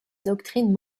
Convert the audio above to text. doctrine